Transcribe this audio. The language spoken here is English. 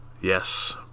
Yes